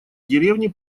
деревни